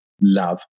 love